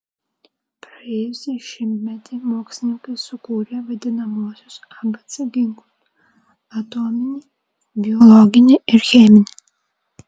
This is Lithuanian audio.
praėjusį šimtmetį mokslininkai sukūrė vadinamuosius abc ginklus atominį biologinį ir cheminį